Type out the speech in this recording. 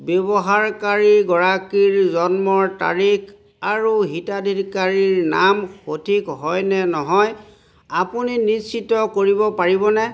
ব্যৱহাৰকাৰী গৰাকীৰ জন্মৰ তাৰিখ আৰু হিতাধিকাৰীৰ নাম সঠিক হয়নে নহয় আপুনি নিশ্চিত কৰিব পাৰিবনে